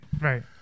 right